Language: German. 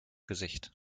gesicht